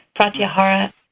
Pratyahara